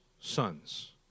sons